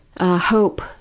hope